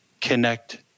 connect